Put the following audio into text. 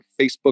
Facebook